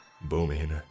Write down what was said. Booming